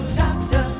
doctor